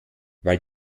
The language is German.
weil